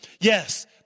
Yes